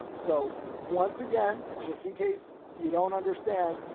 um so once again, just in case you don't understand,